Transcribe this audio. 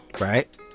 Right